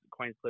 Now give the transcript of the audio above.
Queenscliff